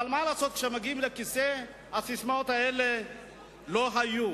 אבל מה לעשות שכאשר מגיעים לכיסא הססמאות האלה לא היו